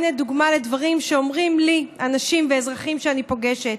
הינה דוגמה למה שאומרים לי אנשים ואזרחים שאני פוגשת: